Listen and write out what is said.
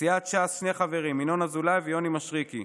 סיעת ש"ס שני חברים: ינון אזולאי ויוני משריקי,